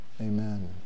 Amen